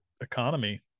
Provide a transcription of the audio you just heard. economy